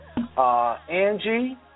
Angie